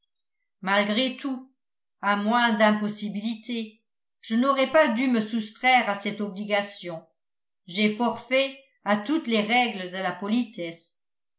malgré tout à moins d'impossibilité je n'aurais pas dû me soustraire à cette obligation j'ai forfait à toutes les règles de la politesse